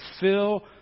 fill